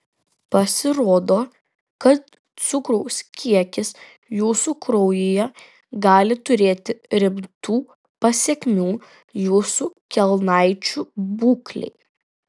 pasirodo kad cukraus kiekis jūsų kraujyje gali turėti rimtų pasekmių jūsų kelnaičių būklei